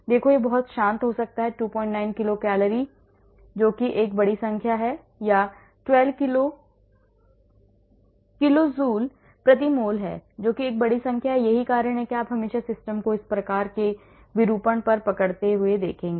देखो यह बहुत शांत हो सकता है 29 किलो कैलोरी 29 किलो कैलोरी जो कि एक बड़ी संख्या है या 12 किलो जूल प्रति मोल है जो कि एक बड़ी संख्या है यही कारण है कि आप हमेशा सिस्टम को इस प्रकार के विरूपण पर पकड़ते देखेंगे